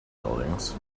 buildings